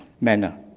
manner